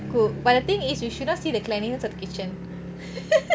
but the thing is you should not see the cleanliness of the kitchen